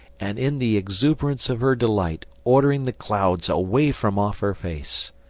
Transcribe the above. and in the exuberance of her delight ordering the clouds away from off her face.